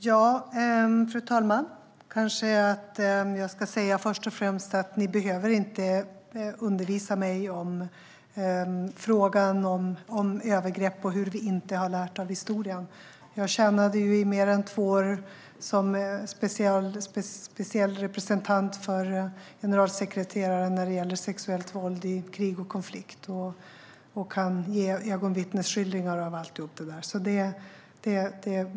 Fru talman! Först och främst vill jag säga att ni inte behöver undervisa mig i frågan om övergrepp och att vi inte har lärt av historien. Jag tjänade i mer än två år som speciell representant för generalsekreteraren när det gällde sexuellt våld i krig och konflikt, så jag kan ge ögonvittnesskildringar om det.